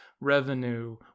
revenue